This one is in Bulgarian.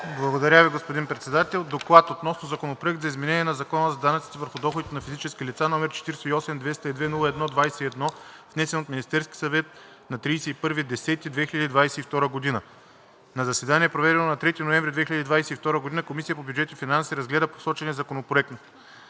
Благодаря Ви, господин Председател. „ДОКЛАД относно Законопроект за изменение на Закона за данъците върху доходите на физическите лица, № 48-202-01-21, внесен от Министерския съвет на 31 октомври 2022 г. На заседание, проведено на 3 ноември 2022 г., Комисията по бюджет и финанси разгледа посочения законопроект.